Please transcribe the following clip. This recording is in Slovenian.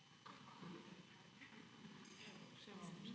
Hvala